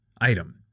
item